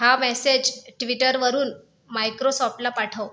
हा मेसेज ट्विटरवरून मायक्रोसॉफ्टला पाठव